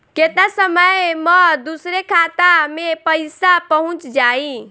केतना समय मं दूसरे के खाता मे पईसा पहुंच जाई?